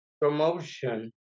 promotion